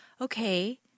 okay